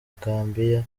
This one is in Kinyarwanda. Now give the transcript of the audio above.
gambia